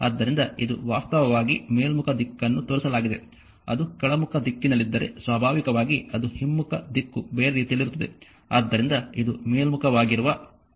ಆದ್ದರಿಂದ ಇದು ವಾಸ್ತವವಾಗಿ ಮೇಲ್ಮುಖ ದಿಕ್ಕನ್ನು ತೋರಿಸಲಾಗಿದೆ ಅದು ಕೆಳಮುಖ ದಿಕ್ಕಿನಲ್ಲಿದ್ದರೆ ಸ್ವಾಭಾವಿಕವಾಗಿ ಅದು ಹಿಮ್ಮುಖ ದಿಕ್ಕು ಬೇರೆ ರೀತಿಯಲ್ಲಿರುತ್ತದೆ ಆದ್ದರಿಂದ ಇದು ಮೇಲ್ಮುಖವಾಗಿರುವ ಅರ್ಥವಾಗಿದೆ